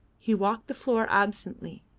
he walked the floor absently,